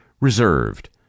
reserved